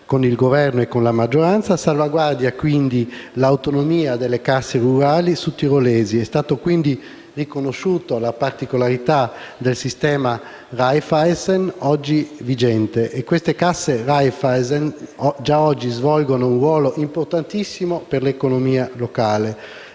con il Governo e con la maggioranza, salvaguarda quindi l'autonomia delle casse rurali sudtirolesi. È stato quindi riconosciuta la particolarità del sistema Raiffeisen, oggi vigente. Le casse Raiffeisen svolgono già oggi un ruolo importantissimo per l'economia locale.